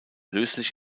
löslich